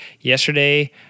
yesterday